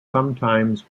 sometimes